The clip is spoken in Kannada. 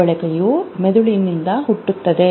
ನಡವಳಿಕೆಯು ಮೆದುಳಿನಿಂದ ಹುಟ್ಟುತ್ತದೆ